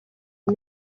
iyo